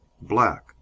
black